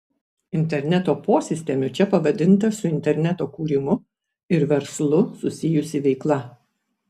interneto posistemiu čia pavadinta su interneto kūrimu ir verslu susijusi veikla